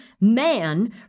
man